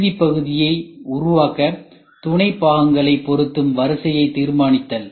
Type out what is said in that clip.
இறுதிப் பகுதியை உருவாக்க துணை பாகங்களை பொருத்தும் வரிசையைத் தீர்மானித்தல்